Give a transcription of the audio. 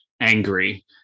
angry